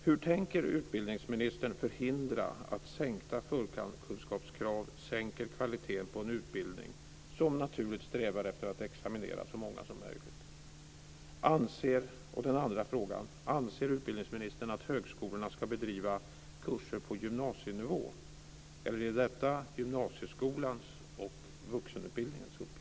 Hur tänker utbildningsministern förhindra att sänkta förkunskapskrav sänker kvaliteten på en utbildning, som naturligt strävar efter att examinera så många som möjligt? Den andra frågan är: Anser utbildningsministern att högskolorna ska bedriva kurser på gymnasienivå, eller är detta gymnasieskolans och vuxenutbildningens uppgift?